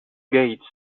gates